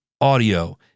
audio